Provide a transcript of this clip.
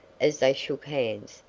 as they shook hands,